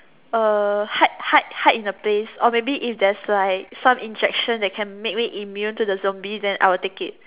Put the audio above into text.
uh hide hide hide in a place or maybe if there's like some injection that can make me immune to the zombies then I will take it